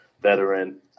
veteran